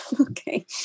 okay